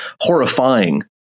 horrifying